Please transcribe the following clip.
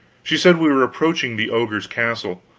she said we were approaching the ogre's castle.